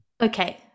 okay